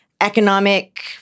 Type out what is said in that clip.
economic